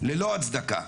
ללא הצדקה.